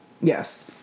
yes